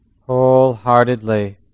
wholeheartedly